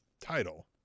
title